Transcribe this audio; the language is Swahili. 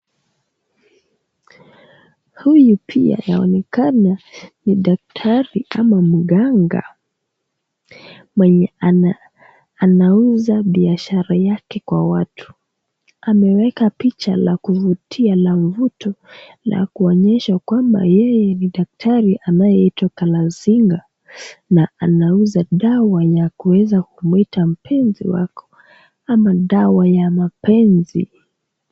Huyu pia yaonekana ni daktari ama mganga mwenye anauza biashara yake kwa watu. Ameweka picha la kuvutia la mvuto la kuonyesha kwamba yeye ni daktari anayetoka Lasinga na anauza dawa ya kuweza kuleta mpenzi wako ama dawa ya mapenzi.